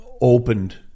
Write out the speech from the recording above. opened